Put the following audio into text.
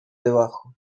debajo